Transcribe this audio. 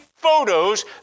Photos